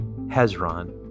Hezron